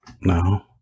No